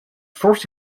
first